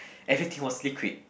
everything was liquid